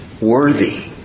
worthy